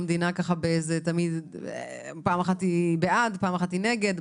המדינה פעם אחת היא בעד ופעם אחת היא נגד,